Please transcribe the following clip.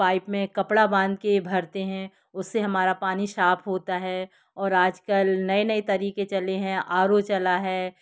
pipe में कपड़ा बाँध के भरते हैं उससे हमारा पानी साफ़ होता है और आज कल नए नए तरीक़े चले हैं आर ओ चला है